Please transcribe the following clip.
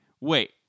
wait